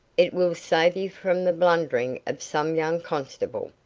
it will save you from the blundering of some young constable.